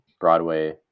Broadway